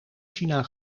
china